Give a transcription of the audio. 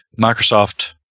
Microsoft